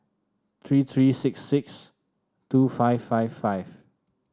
three three six six two five five five